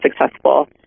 successful